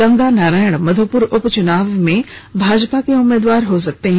गंगा नारयण मध्यप्र उपच्नाव में भाजपा के उम्मीदवार हो सकते हैं